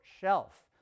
shelf